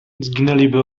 zginęliby